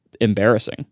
embarrassing